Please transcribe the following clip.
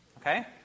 okay